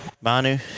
Manu